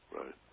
right